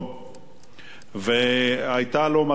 היתה לו מטרה מאוד חשובה,